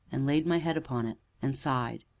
and laid my head upon it and sighed,